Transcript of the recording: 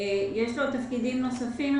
תפקידים נוספים.